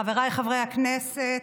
חבריי חברי הכנסת,